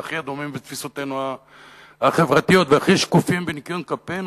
והכי אדומים בתפיסותינו החברתיות והכי שקופים בניקיון כפינו,